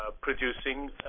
producing